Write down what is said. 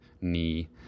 knee